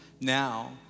now